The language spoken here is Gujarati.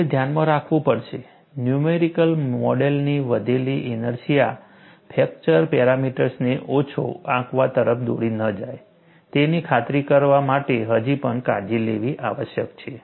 તમારે ધ્યાનમાં રાખવું પડશે ન્યુમેરિકલ મોડેલની વધેલી ઇનર્સ્યા ફ્રેક્ચર પેરામીટર્સને ઓછો આંકવા તરફ દોરી ન જાય તેની ખાતરી કરવા માટે હજી પણ કાળજી લેવી આવશ્યક છે